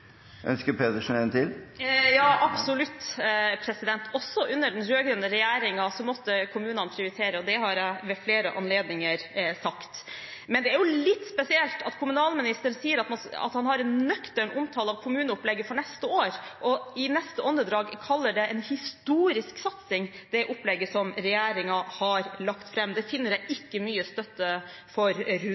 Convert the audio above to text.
Ønsker representanten Helga Pedersen en replikk til? Ja, absolutt, president! Også under den rød-grønne regjeringen måtte kommunene prioritere, og det har jeg ved flere anledninger sagt. Men det er litt spesielt at kommunalministeren sier at han har en nøktern omtale av kommuneopplegget for neste år og i neste åndedrag kaller det opplegget som regjeringen har lagt fram, for en historisk satsing. Det finner jeg ikke mye støtte for